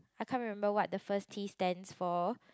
I can't remember what the first T stands for